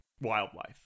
wildlife